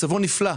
מצבו נפלא,